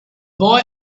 boy